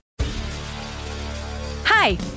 Hi